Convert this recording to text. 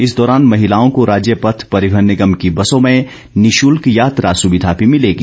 इस दौरान महिलाओं को राज्य पथ परिवहन निगम की बसों में निशुल्क यात्रा सुविधा भी मिलेगी